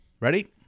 Ready